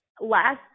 last